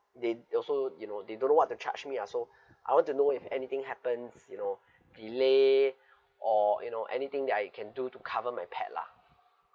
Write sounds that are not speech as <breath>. they also you know they don't know what to charge me ah so <breath> I want to know if anything happens you know delay or you know anything that I can do to cover my pet lah